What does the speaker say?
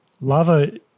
lava